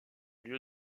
lieu